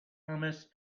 hummus